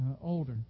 older